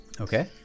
okay